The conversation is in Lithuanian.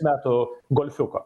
metų golfiuko